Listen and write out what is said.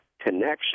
connection